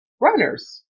runners